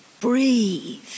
breathe